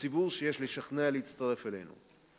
וציבור שיש לשכנע להצטרף אלינו.